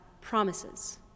promises